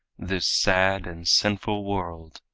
this sad and sinful world,